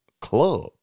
Club